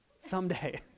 someday